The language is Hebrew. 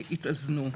שהדברים יתאזנו.